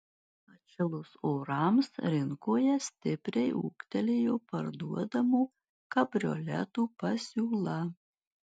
atšilus orams rinkoje stipriai ūgtelėjo parduodamų kabrioletų pasiūla